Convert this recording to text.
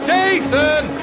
Jason